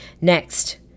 next